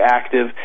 active